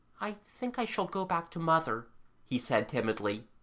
i think i shall go back to mother he said timidly.